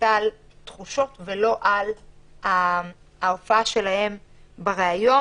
על תחושות ולא על ההופעה שלהם בראיון.